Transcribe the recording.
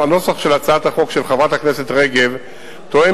הנוסח של הצעת החוק של חברת הכנסת רגב תואם